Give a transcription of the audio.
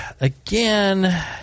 again